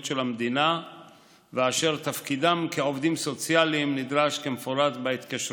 של המדינה ואשר תפקידם כעובדים סוציאליים נדרש כמפורט בהתקשרות.